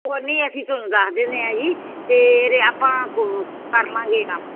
ਅਸੀਂ ਤੁਹਾਨੂੰ ਦੱਸ ਦਿੰਦੇ ਹਾਂ ਜੀ ਅਤੇ ਆਪਾਂ ਕਰ ਲਵਾਂਗੇ ਕੰਮ